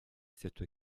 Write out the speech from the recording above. cette